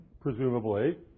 presumably